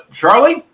Charlie